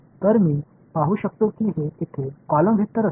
तर मी पाहू शकतो की हे येथे कॉलम वेक्टर असेल